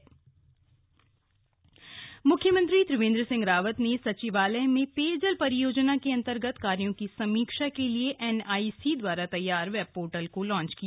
web portal launch म्ख्यमंत्री त्रिवेन्द्र सिंह रावत ने सचिवालय में पेयजल परियोजना के अन्तर्गत कार्यों की समीक्षा के लिए एनआईसी दवारा तैयार वेब पोर्टल को लांच किया